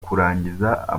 kurangiza